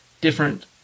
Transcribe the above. different